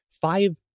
five